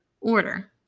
order